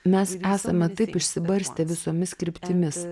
mes esame taip išsibarstę visomis kryptimis